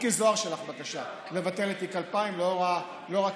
מיקי זוהר שלח בקשה לבטל את תיק 2000 לאור הכתבות.